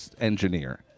engineer